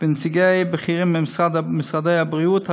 ונציגים בכירים ממשרדי הבריאות,